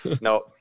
No